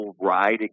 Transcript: ride